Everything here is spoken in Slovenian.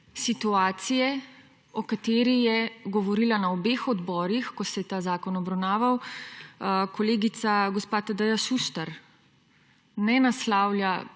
situacije, o kateri je govorila na obeh odborih, ko se je ta zakon obravnaval, kolegice gospa Tadeja Šuštar, ne naslavlja